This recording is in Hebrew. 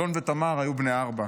אלון ותמר היו בני ארבע.